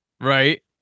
Right